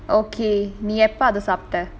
okay நீ எப்போ அத சாப்பிட்ட:nee eppo adha saapta